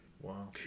Wow